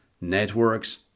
networks